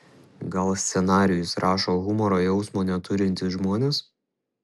gal scenarijus rašo humoro jausmo neturintys žmonės